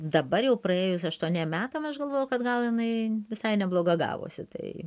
dabar jau praėjus aštuoniem metam aš galvoju kad gal jinai visai nebloga gavosi tai